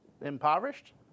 impoverished